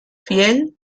fiel